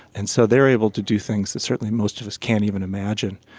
and so they are able to do things that certainly most of us can't even imagine.